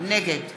נגד